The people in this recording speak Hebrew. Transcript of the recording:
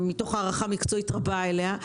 מתוך הערכה מקצועית רבה אליה.